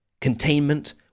Containment